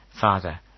Father